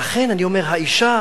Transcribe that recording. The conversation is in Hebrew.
לכן אני אומר שהאשה,